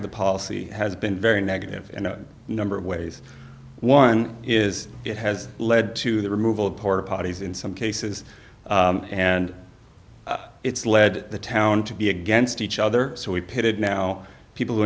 of the policy has been very negative and a number of ways one is it has led to the removal of porta potties in some cases and it's led the town to be against each other so we pitted now people who